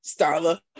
Starla